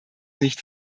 nicht